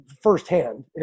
firsthand